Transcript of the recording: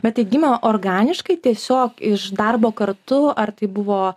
bet tai gimė organiškai tiesiog iš darbo kartu ar tai buvo